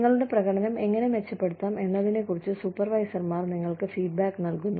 നിങ്ങളുടെ പ്രകടനം എങ്ങനെ മെച്ചപ്പെടുത്താം എന്നതിനെക്കുറിച്ച് സൂപ്പർവൈസർമാർ നിങ്ങൾക്ക് ഫീഡ്ബാക്ക് നൽകുന്നു